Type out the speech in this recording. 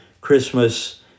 Christmas